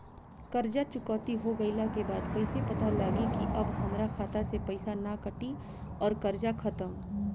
कर्जा चुकौती हो गइला के बाद कइसे पता लागी की अब हमरा खाता से पईसा ना कटी और कर्जा खत्म?